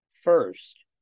first